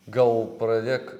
gal pradėk